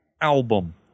album